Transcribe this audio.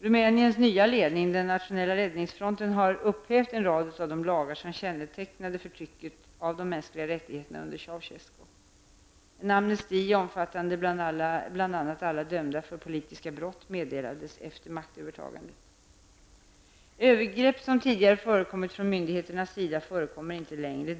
Rumäniens nya ledning, den nationella räddningsfronten, har upphävt en rad av de lagar som kännetecknade förtrycket av de mänskliga rättigheterna under Ceausescu. En amnesti omfattande bl.a. alla som dömts för politiska brott meddelades efter maktövertagandet. Övergrepp som tidigare förekom från myndigheternas sida förekommer inte längre.